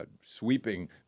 sweeping